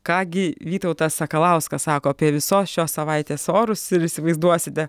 ką gi vytautas sakalauskas sako apie visos šios savaitės orus ir įsivaizduosite